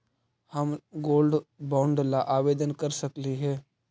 हम gold bond ला आवेदन कर सकली हे?